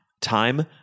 Time